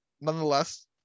nonetheless